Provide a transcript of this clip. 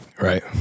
Right